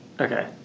Okay